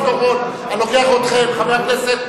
ברור לכולם שבהסדר,